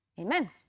Amen